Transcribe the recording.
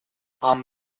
haben